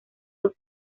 los